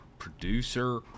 producer